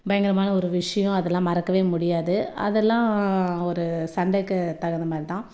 பயங்கரமான ஒரு விஷயம் அதலாம் மறக்கவே முடியாது அதெல்லாம் ஒரு சண்டைக்கு தகுந்த மாதிரி தான்